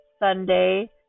Sunday